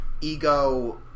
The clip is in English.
Ego